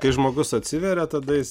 kai žmogus atsiveria tada jis